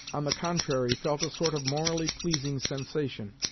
on the contrary, felt a sort of morally pleasing sensation.